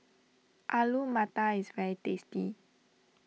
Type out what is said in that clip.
Alu Matar is very tasty